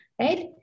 right